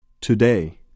Today